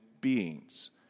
beings